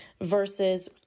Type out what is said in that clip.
versus